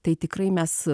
tai tikrai mes